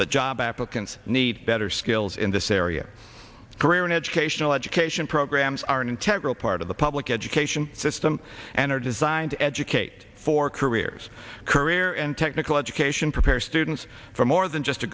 that job applicants need better skills in this area career and educational education programs are in temporal part of the public education system and are designed to educate for careers career and technical education prepare students for more than just a